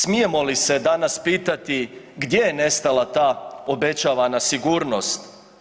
Smijemo li se danas pitati gdje je nestala ta obećavana sigurnost?